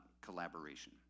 collaboration